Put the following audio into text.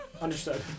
Understood